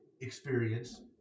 experience